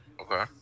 okay